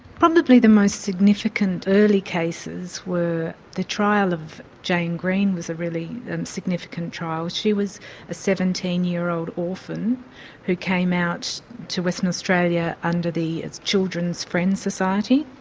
probably the most significant early cases were the trial of jane green was a really and significant trial. she was a seventeen year old orphan who came out to western australia under the children's friends society.